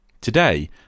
Today